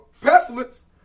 pestilence